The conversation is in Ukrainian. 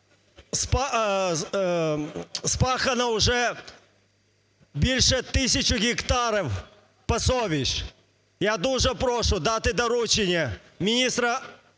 Роща.Спахано вже більше тисячі гектарів пасовищ. Я дуже прошу дати доручення міністру